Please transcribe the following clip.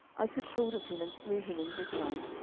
i took hold of him, and slew him in ziklag,